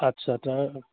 আচ্ছা তাৰ